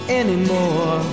anymore